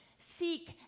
Seek